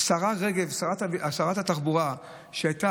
השרה רגב שרת התחבורה היום,